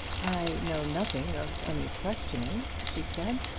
i know nothing of any questioning, she said.